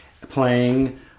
playing